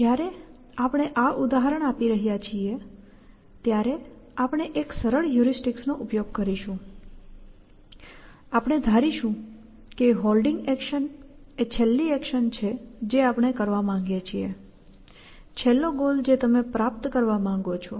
જ્યારે આપણે આ ઉદાહરણ આપી રહ્યા છીએ ત્યારે આપણે એક સરળ હ્યુરિસ્ટિકનો ઉપયોગ કરીશું આપણે ધારીશું કે Holding એક્શન એ છેલ્લી એક્શન છે જે આપણે કરવા માંગીએ છીએ છેલ્લો ગોલ જે તમે પ્રાપ્ત કરવા માંગો છો